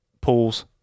pools